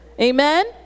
amen